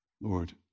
Lord